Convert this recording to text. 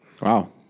Wow